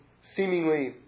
seemingly